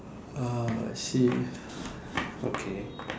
uh serious okay